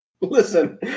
Listen